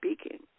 speaking